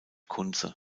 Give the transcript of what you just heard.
kunze